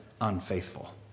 unfaithful